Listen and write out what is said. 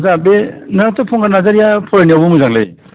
आच्छा बे फुंखा नार्जारीआथ' फरायनायावबो मोजांलै